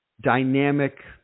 dynamic